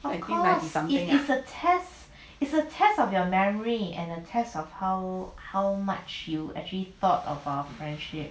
something